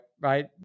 Right